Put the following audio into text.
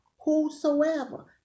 whosoever